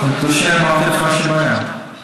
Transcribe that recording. אני חושב, אמרתי,